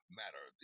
matter